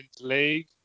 League